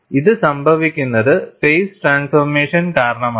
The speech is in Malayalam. ഇത് സംഭവിക്കുന്നത് ഫേസ് ട്രാൻസ്ഫോർമേഷൻ കാരണമാണ്